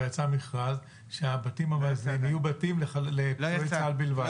יצא מכרז שהבתים המאזנים יהיו בתים לפצועי צה"ל בלבד.